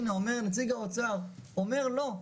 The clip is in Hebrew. הנה, אומר נציג האוצר, אומר לא.